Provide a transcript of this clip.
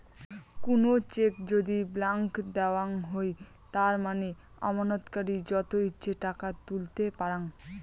কুনো চেক যদি ব্ল্যান্ক দেওয়াঙ হই তার মানে আমানতকারী যত ইচ্ছে টাকা তুলতে পারাং